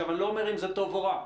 אני לא אומר אם זה טוב או רע.